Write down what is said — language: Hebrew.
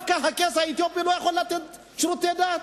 דווקא הקייס האתיופי לא יכול לתת שירותי דת?